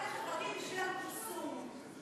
אתם חברתיים בשביל הפרסום.